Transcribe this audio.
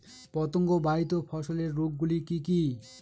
পতঙ্গবাহিত ফসলের রোগ গুলি কি কি?